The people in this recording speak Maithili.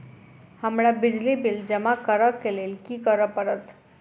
हमरा बिजली बिल जमा करऽ केँ लेल की करऽ पड़त?